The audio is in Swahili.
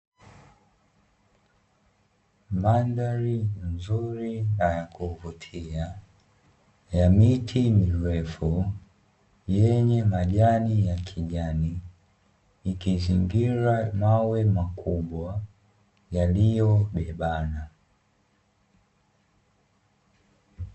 Mandhari nzuri na ya kuvutia ya miti mirefu yenye majani ya kijani, ikizingira mawe makubwa yaliyobebana.